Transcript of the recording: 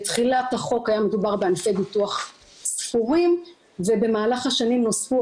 בתחילת החוק היה מדובר בענפי ביטוח ספורים ובמהלך השנים נוספו